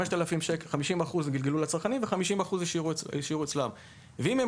אז 50% הם גלגלו לצרכנים ו-50% השאירו אצלם; אם הם